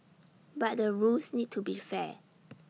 but the rules need to be fair